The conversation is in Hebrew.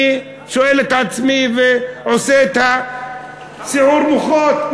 אני שואל את עצמי ועושה את סיעור המוחות,